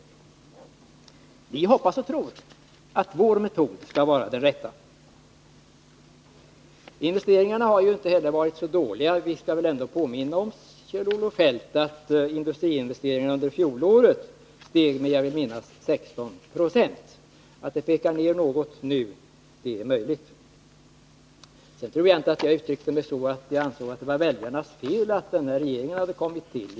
Vi hoppas och tror att vår metod skall vara den rätta. Investeringarna har ju heller inte varit så dåliga. Vi bör påminna oss, Kjell-Olof Feldt, att industriinvesteringarna under fjolåret steg med, jag vill minnas, 16 Ze. Att det pekar nedåt något nu är möjligt. Sedan tror jag inte att jag uttryckte mig så att jag ansåg att det var väljarnas fel att den här regeringen kommit till.